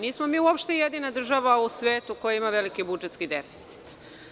Nismo mi jedina država u svetu koja ima veliki budžetski deficit.